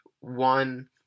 one